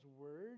word